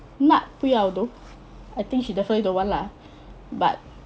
nad 不要 though I think she definitely don't want lah but